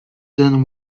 then